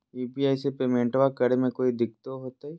UPI से पेमेंटबा करे मे कोइ दिकतो होते?